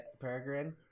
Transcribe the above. Peregrine